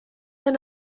den